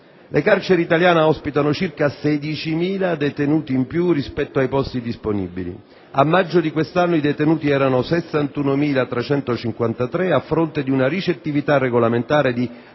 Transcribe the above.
Le carceri italiane ospitano circa 16.000 detenuti in più rispetto ai posti disponibili: a maggio di quest'anno i detenuti erano 61.353 a fronte di una ricettività regolamentare di